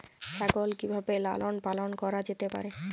ছাগল কি ভাবে লালন পালন করা যেতে পারে?